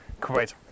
Great